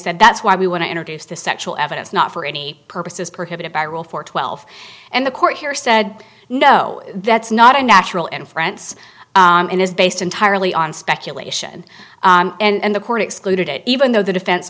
said that's why we want to introduce the sexual evidence not for any purpose is prohibited by rule for twelve and the court here said no that's not unnatural and france it is based entirely on speculation and the court excluded it even though the defense